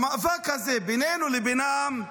במאבק הזה בינינו לבינם,